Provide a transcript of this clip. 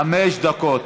חמש דקות.